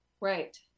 Right